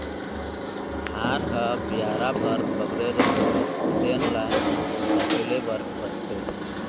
धान ह बियारा भर बगरे रहिथे तेन ल सकेले बर परथे